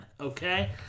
okay